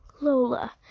Lola